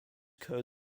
code